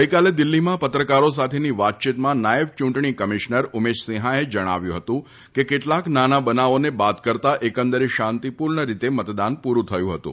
ગઇકાલે દિલ્હીમાં પત્રકારો સાથેની વાતચીતમાં નાયબ ચૂંટણી કમિશનર ઉમેશસિંહાએ જણાવ્યું હતું કે કેટલાક નાના બનાવોને બાદ કરતાં એકંદરે મતદાન શાંતિપૂર્ણ રીતે પૂર્રું થયું હતું